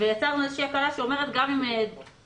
יצרנו איזו הקלה שאומרת, שגם אם התאריך